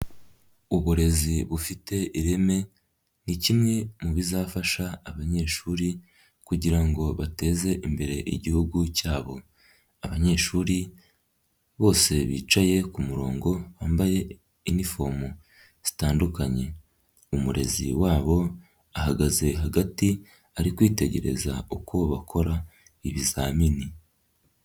Uburezi bufite ireme ni kimwe mu bizafasha abanyeshuri kugira ngo bateze imbere igihugu cyabo, abanyeshuri bose bicaye ku murongo bambaye inifomu zitandukanye, umurezi wabo ahagaze hagati ari kwitegereza uko bakora ibizamini.